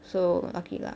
so okay lah